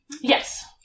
Yes